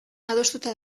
adostuta